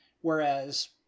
Whereas